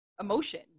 emotion